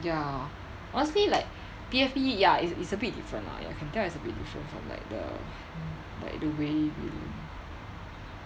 ya honestly like P_F_P ya is is a bit different lah ya can tell it's a bit different from like the like the way we